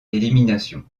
élimination